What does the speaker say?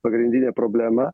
pagrindinė problema